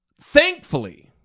thankfully